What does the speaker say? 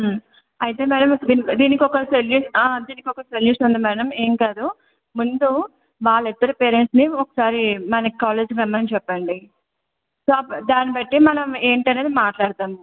అయితే మ్యాడం దీనికి ఒక సొల్యూషన్ దీనికి ఒక సొల్యూషన్ ఉంది మ్యాడం ఏం కాదు ముందు వాళ్ళిద్దరి పేరెంట్స్ని ఒకసారి మన కాలేజీకి రమ్మని చెప్పండి సో దాన్ని బట్టి మనం ఏంటనేది మాట్లాడదాము